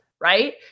right